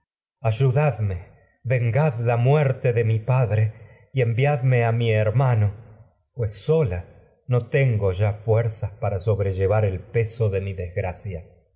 ayudadme vengad la de mi muerte padre y enviadme a mi hermano pues sola no tengo ya fuerzas para sobrellevar el peso de mi desgracia